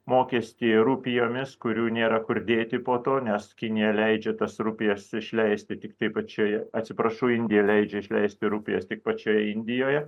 mokestį rupijomis kurių nėra kur dėti po to nes kinija leidžia tas rupijas išleisti tiktai pačioje atsiprašau indija leidžia išleisti rupijas tik pačioje indijoje